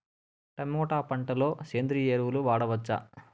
Tomato పంట లో సేంద్రియ ఎరువులు వాడవచ్చా?